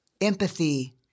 empathy